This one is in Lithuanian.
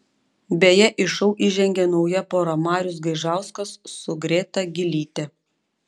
beje į šou įžengė nauja pora marius gaižauskas su greta gylyte